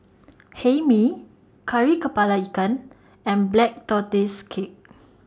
Hae Mee Kari Kepala Ikan and Black Tortoise Cake